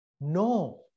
no